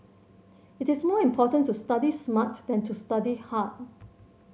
it is more important to study smart than to study hard